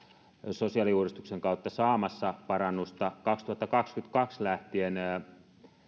sosiaaliuudistuksen kautta saamassa parannusta vuodesta kaksituhattakaksikymmentäkaksi lähtien